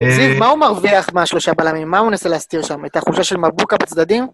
זיו, מה הוא מרוויח מהשלושה בלמים? מה הוא נסה להסתיר שם? את החולשה של מבוקה בצדדים?